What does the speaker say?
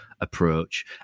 approach